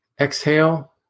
Exhale